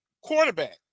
Quarterback